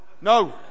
no